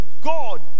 God